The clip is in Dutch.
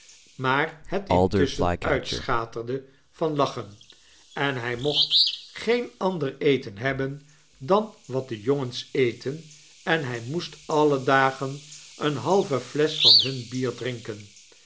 maar het intusschen uitschaterde van lachen en hy mocht geen ander eten hebben dan wat de jongens eten en hy moest alle dagen eene halve flesch van hun bier drinken